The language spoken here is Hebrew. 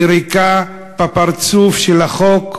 יריקה בפרצוף של החוק,